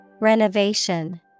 Renovation